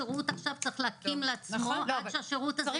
דבר שבעיניי הוא תמוה מאוד.